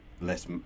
less